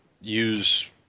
use